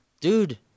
Dude